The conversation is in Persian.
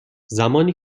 زمانی